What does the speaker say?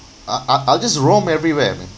I I I'll just roam everywhere man